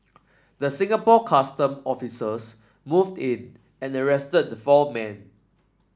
the Singapore Custom officers moved in and arrested the four men